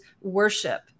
worship